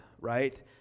right